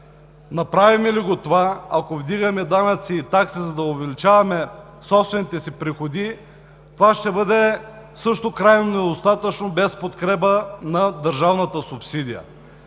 Направим ли това, ако вдигаме данъци и такси, за да увеличаваме собствените си приходи, това ще бъде също крайно недостатъчно без подкрепата на държавната субсидия.